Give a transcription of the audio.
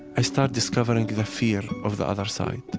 i start discovering the fear of the other side.